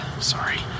Sorry